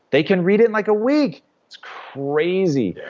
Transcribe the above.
they can read it in like a week. it's crazy.